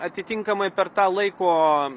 atitinkamai per tą laiko